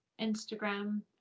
Instagram